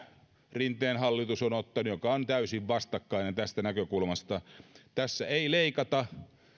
rinteen hallitus on ottanut mikä on täysin vastakkainen tästä näkökulmasta tässä ei leikata